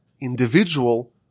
individual